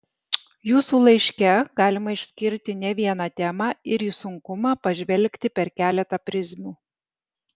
jūsų laiške galima išskirti ne vieną temą ir į sunkumą pažvelgti per keletą prizmių